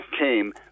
came